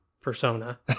Persona